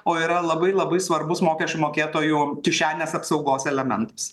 o yra labai labai svarbus mokesčių mokėtojų kišenės apsaugos elementas